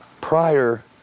prior